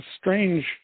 strange